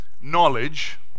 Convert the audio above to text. knowledge